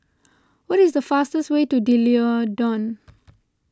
what is the fastest way to D'Leedon